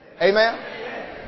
Amen